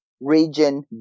region